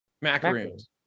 macaroons